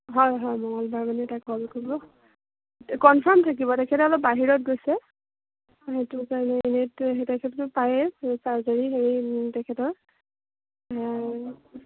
হয় হয় মঙলবাৰ মানে এটা কল কৰিব কনফাৰ্ম থাকিব তেখেতে অলপ বাহিৰত গৈছে সেইটো কাৰণে এনেইটো চাৰ্জাৰী তেখেতৰ